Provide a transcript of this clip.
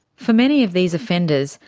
for many of these offenders,